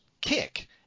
kick